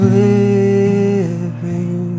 living